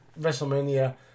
Wrestlemania